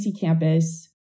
campus